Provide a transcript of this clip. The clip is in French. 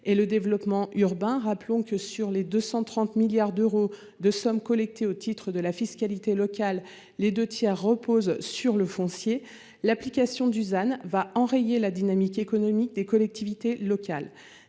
et le développement urbain - rappelons que sur les 230 milliards d'euros collectés au titre de la fiscalité locale, les deux tiers reposent sur le foncier -, l'application du ZAN enrayera la dynamique économique des collectivités locales.